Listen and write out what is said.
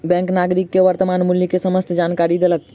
bank नागरिक के वर्त्तमान मूल्य के समस्त जानकारी देलक